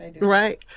Right